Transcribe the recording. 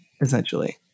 essentially